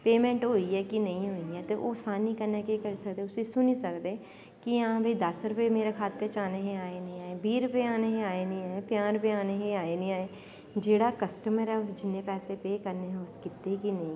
payment होई ऐ के नेंई होई ऐ ते ओह् आसानी कन्नै केह् करी सकदे सुनी सकदे कि हां भाई दस रपे मेरै खात्तै च आने हे आए कि नेंई आए बीह् रपे आने हे आए कि नेंई आए पजां रपे आने हे आए कि नेंई आए जेह्ड़ा कस्टमर ऐ उस जिन्ने पैसे पे करने हे कीते कि नेंई कीते